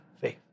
faith